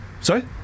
sorry